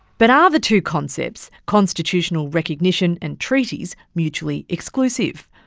but are the two concepts constitutional recognition and treaties mutually exclusive?